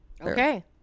Okay